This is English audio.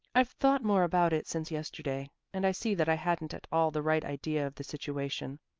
i've thought more about it since yesterday, and i see that i hadn't at all the right idea of the situation.